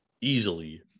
easily